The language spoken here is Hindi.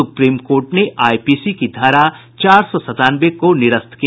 सुप्रीम कोर्ट ने आईपीसी की धारा चार सौ सतानवे को निरस्त किया